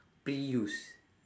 pre use